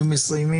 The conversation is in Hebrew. הזה.